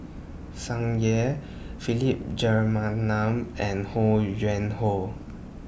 Tsung Yeh Philip and Ho Yuen Hoe